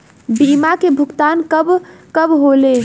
बीमा के भुगतान कब कब होले?